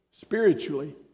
spiritually